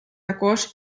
також